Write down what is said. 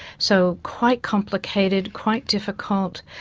so, quite complicated, quite difficult,